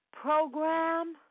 Program